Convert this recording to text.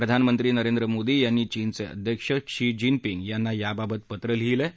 प्रधानमंत्री नरेंद्र मोदी यांनी चीनचे अध्यक्ष शी जिनपिंग यांना याबाबत पत्र लिहिलं आहे